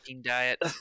diet